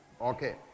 Okay